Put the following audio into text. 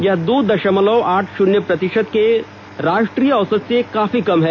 यह दो दशमलव आठ शून्य प्रतिशत के राष्ट्रीय औसत से काफी कम है